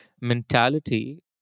mentality